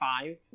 five